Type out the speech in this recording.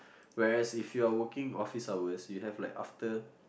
whereas if you are working office hours you have like after